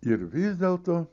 ir vis dėlto